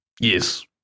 Yes